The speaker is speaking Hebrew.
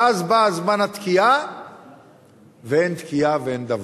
ואז בא זמן התקיעה ואין תקיעה ואין דבר.